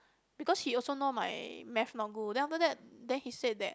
because he also know my math not good then after that then he said that